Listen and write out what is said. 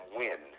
win